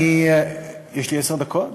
יש לי עשר דקות?